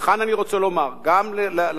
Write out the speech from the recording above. וכאן אני רוצה לומר גם לכם,